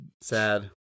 Sad